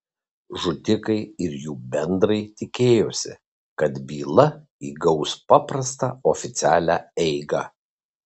žudikai ir jų bendrai tikėjosi kad byla įgaus paprastą oficialią eigą